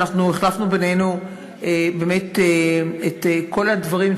ואנחנו החלפנו בינינו באמת את כל הדברים,